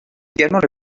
également